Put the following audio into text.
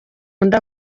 nda